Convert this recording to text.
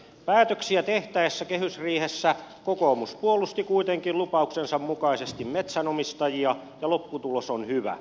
päätöksiä tehtäessä kehysriihessä kokoomus puolusti kuitenkin lupauksensa mukaisesti metsänomistajia ja lopputulos on hyvä